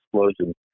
explosion